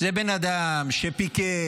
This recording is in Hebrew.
זה בן אדם שפיקד,